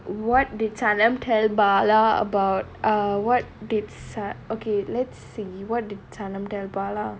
what did sanam tell bala about err what did sa~ okay let's see what did sanam tell bala